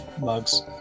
mugs